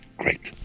great